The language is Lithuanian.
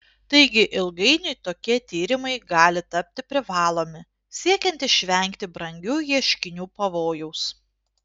taigi ilgainiui tokie tyrimai gali tapti privalomi siekiant išvengti brangių ieškinių pavojaus